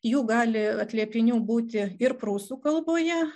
jų gali atliepinių būti ir prūsų kalboje